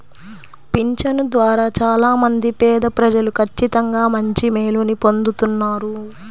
పింఛను ద్వారా చాలా మంది పేదప్రజలు ఖచ్చితంగా మంచి మేలుని పొందుతున్నారు